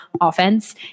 offense